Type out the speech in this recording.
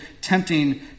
tempting